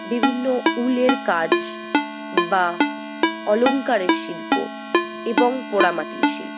বিভিন্ন উলের কাজ বা অলঙ্কারের শিল্প এবং পোড়া মাটির শিল্প